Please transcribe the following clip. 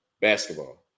Basketball